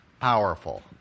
powerful